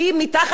זה לא בושה?